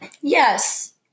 Yes